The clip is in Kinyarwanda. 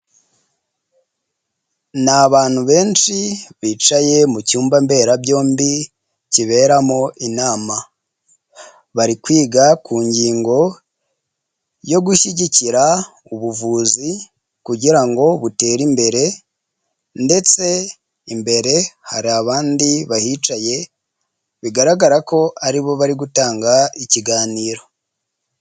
Ni abantu benshi bicaye mu cyumba mberabyombi kiberamo inama, bari kwiga ku ngingo yo gushyigikira ubuvuzi kugira ngo butere imbere ndetse imbere hari abandi bahicaye bigaragara ko aribo bari gutanga ikiganiro.